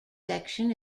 section